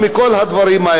כל השנה.